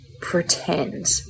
pretend